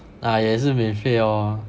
ah 也是免费 lor